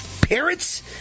parents